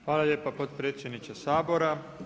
Hvala lijepo potpredsjedniče Sabora.